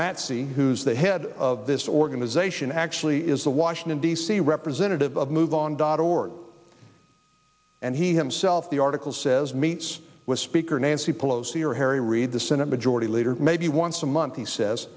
metsi who's the head of this organization actually is the washington d c representative of move on dot org and he himself the article says meets with speaker nancy pelosi or harry reid the senate majority leader maybe once a month he says